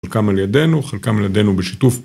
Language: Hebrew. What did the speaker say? חלקם על ידינו, חלקם על ידינו בשיתוף.